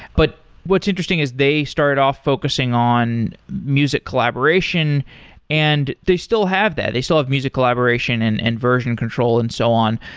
but what's interesting is they started off focusing on music collaboration and they still have that. they still have music collaboration and and version control and so on,